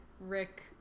Rick